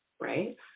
right